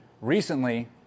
recently